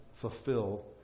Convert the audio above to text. fulfill